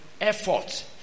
effort